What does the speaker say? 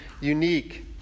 unique